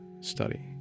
study